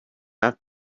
have